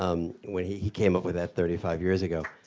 um when he he came up with that thirty five years ago.